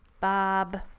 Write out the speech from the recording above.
Bob